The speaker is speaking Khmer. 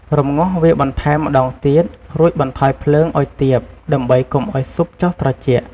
រំងាស់វាបន្ថែមម្តងទៀត រួចបន្ថយភ្លើងឱ្យទាបដើម្បីកុំឱ្យស៊ុបចុះត្រជាក់។